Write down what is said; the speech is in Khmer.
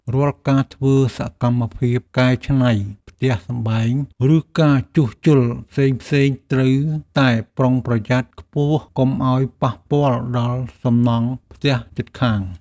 រាល់ការធ្វើសកម្មភាពកែច្នៃផ្ទះសម្បែង ឬការជួសជុលផ្សេងៗត្រូវតែប្រុងប្រយ័ត្នខ្ពស់កុំឱ្យប៉ះពាល់ដល់សំណង់ផ្ទះជិតខាង។